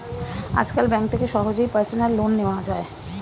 আজকাল ব্যাঙ্ক থেকে সহজেই পার্সোনাল লোন নেওয়া যায়